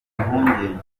batangira